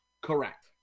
Correct